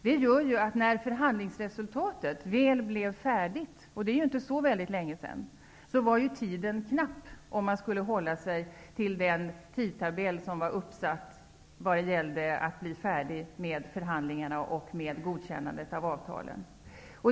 Det gjorde att när förhandlingsresultatet väl blev färdigt -- och det är ju inte så länge sedan -- var tiden knapp om man skulle hålla sig till den tidtabell som var uppsatt för att bli färdig med förhandlingarna och godkännandet av avtalen.